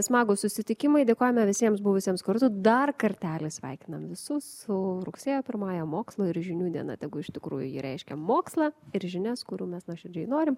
smagūs susitikimai dėkojame visiems buvusiems kartu dar kartelį sveikinam visus su rugsėjo pirmąja mokslo ir žinių diena tegu iš tikrųjų ji reiškia mokslą ir žinias kurių mes nuoširdžiai norim